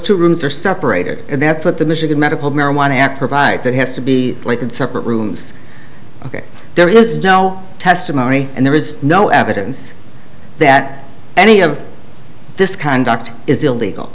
two rooms are separated and that's what the michigan medical marijuana act provides that has to be like in separate rooms ok there is no testimony and there is no evidence that any of this conduct is illegal